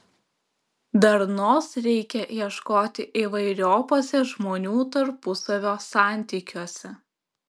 darnos reikia ieškoti įvairiopuose žmonių tarpusavio santykiuose